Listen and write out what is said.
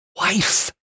wife